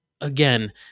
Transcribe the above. again